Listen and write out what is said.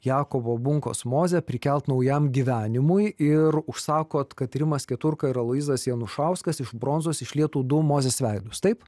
jakovo bunkos mozę prikelt naujam gyvenimui ir užsakot kad rimas keturka ir aloyzas jonušauskas iš bronzos išlietų du mozės veidus taip